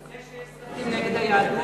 וזה שיש סרטים נגד היהדות,